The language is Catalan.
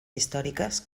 històriques